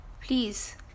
please